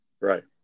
Right